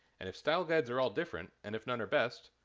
and if style guides are all different, and if none are best,